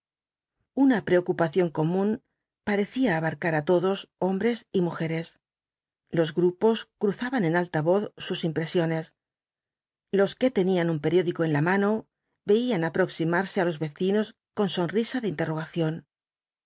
una preocupación común parecía abarcar á todos hombres y mujeres los grupos cruzaban en alta voz sus impresiones los que tenían un periódico en la mano veían aproximarse á los vecinos con sonrisa de interrogación